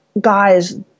Guys